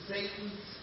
Satan's